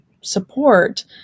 support